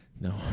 No